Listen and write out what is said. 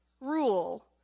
rule